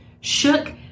shook